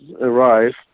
arrive